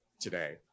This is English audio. today